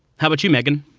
how about you, megan?